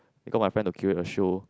they got my friend to curate a show